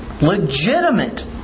legitimate